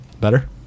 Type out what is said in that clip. Better